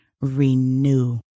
renew